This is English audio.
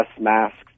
masks